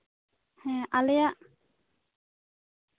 ᱦᱩᱸ ᱟᱞᱮᱭᱟᱜ